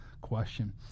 question